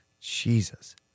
Jesus